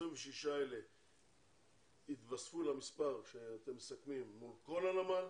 ה-26 האלה יתווספו למספר שאתם מסכמים מול כל הנמל.